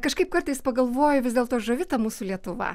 kažkaip kartais pagalvoju vis dėlto žavi ta mūsų lietuva